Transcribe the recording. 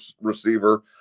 receiver